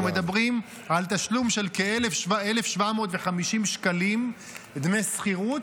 אנחנו מדברים על תשלום של כ-1,750 שקלים דמי שכירות,